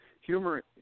Humor